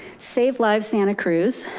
save lives santa cruz,